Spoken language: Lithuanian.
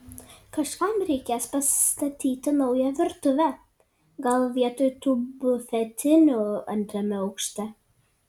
kažkam reikės pastatyti naują virtuvę gal vietoj tų bufetinių antrame aukšte